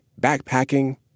backpacking